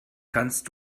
kannst